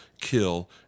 kill